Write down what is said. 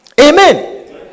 Amen